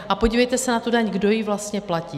A podívejte se na tu daň, kdo ji vlastně platí.